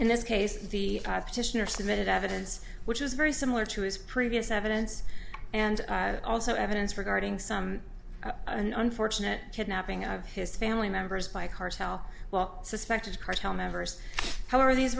in this case the petitioner submitted evidence which is very similar to his previous evidence and no evidence regarding some unfortunate kidnapping of his family members by a cartel well suspected cartel members however these